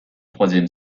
troisième